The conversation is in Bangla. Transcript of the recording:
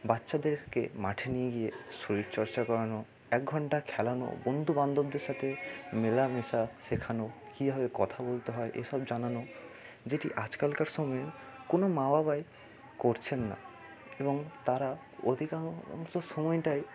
বাচ্চাদেরকে মাঠে নিয়ে গিয়ে শরীর চর্চা করানো একঘন্টা খেলানো বন্ধু বান্ধবদের সাথে মেলামেশা শেখানো কীভাবে কথা বলতে হয় এসব জানানো যেটি আজকালকার সময়েও কোনো মা বাবাই করছেন না এবং তারা অধিকাংশ সময়টাই